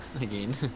again